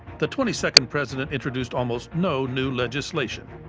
the twenty second president introduced almost no new legislation,